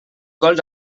gols